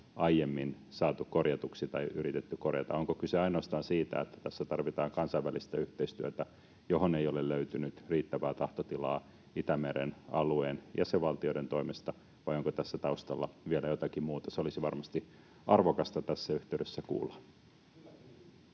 aiemmin saatu korjatuksi tai yritetty korjata. Onko kyse ainoastaan siitä, että tässä tarvitaan kansainvälistä yhteistyötä, johon ei ole löytynyt riittävää tahtotilaa Itämeren alueen jäsenvaltioiden toimesta, vai onko tässä taustalla vielä jotakin muuta? Se olisi varmasti arvokasta tässä yhteydessä kuulla.